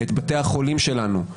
את בתי החולים שלנו,